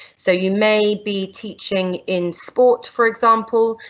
so you may be teaching in sport for example,